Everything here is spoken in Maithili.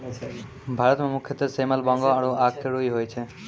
भारत मं मुख्यतः सेमल, बांगो आरो आक के रूई होय छै